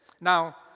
Now